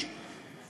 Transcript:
סנדוויץ',